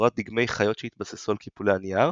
בצורת דגמי חיות שהתבססו על קיפולי הנייר,